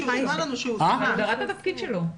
זאת הגדרת התפקיד שלו.